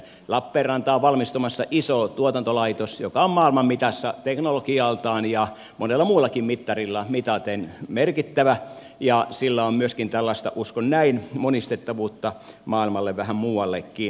lappeenrantaan on valmistumassa iso tuotantolaitos joka on maailman mitassa teknologialtaan ja monella muullakin mittarilla mitaten merkittävä ja sillä on myöskin tällaista uskon näin monistettavuutta maailmalle vähän muuallekin